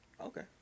Okay